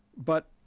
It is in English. but,